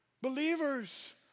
Believers